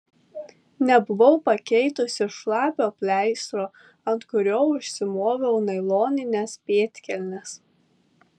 nebuvau pakeitusi šlapio pleistro ant kurio užsimoviau nailonines pėdkelnes